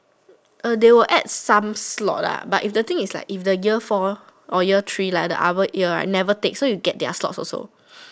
uh they will add some slot lah but if the thing is like if the year four or year three like the other year right never take so you get their slots also